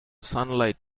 sunlight